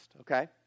okay